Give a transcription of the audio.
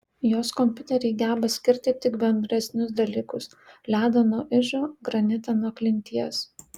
jos kompiuteriai geba skirti tik bendresnius dalykus ledą nuo ižo granitą nuo klinties